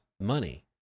money